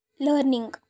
Learning